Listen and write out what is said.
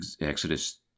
Exodus